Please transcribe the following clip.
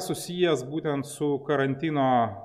susijęs būtent su karantino